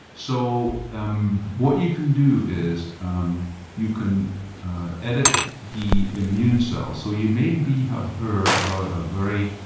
so um what you can do is um you can edit the immune cells. so you maybe have heard about a very